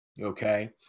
okay